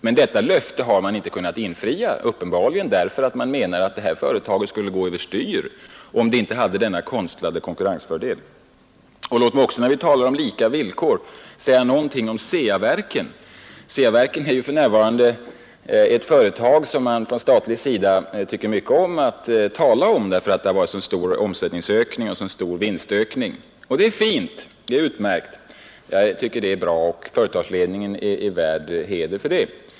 Men detta löfte har inte kunnat infrias, uppenbarligen därför att man anser att detta företag skulle gå över styr om det inte hade denna konstlade konkurrensfördel. Låt mig också när vi talar om lika villkor säga någonting om CEA-verken. CEA-verken är ett företag som man för närvarande gärna talar om eftersom företaget haft en så stor omsättningsoch vinstökning. Jag tycker att det är bra att man haft denna utveckling, och företagsledningen är värd heder för det.